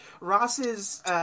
Ross's